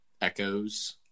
echoes